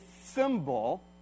symbol